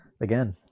again